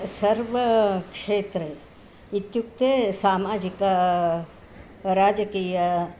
सर्वक्षेत्रे इत्युक्ते सामाजिका राजकीया